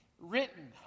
written